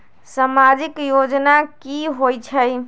समाजिक योजना की होई छई?